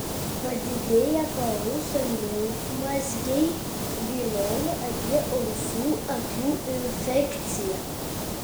padidėję paausio limfmazgiai byloja apie ausų akių infekciją